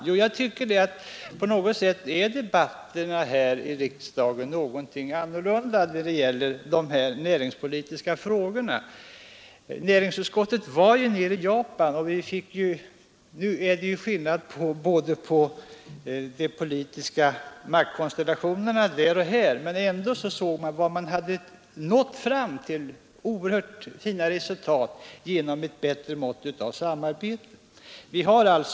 Ja, jag tycker att debatterna här i riksdagen på något sätt är annorlunda när det gäller de näringspolitiska frågorna. Näringsutskottet var som bekant för en tid sedan i Japan, och visserligen är det stor skillnad på de politiska maktkonstellationerna här och där, men vi såg ändå vilka oerhört fina resultat man där hade nått fram till genom ett bättre samarbete.